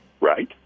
right